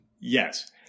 Yes